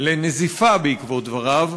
לנזיפה בעקבות דבריו.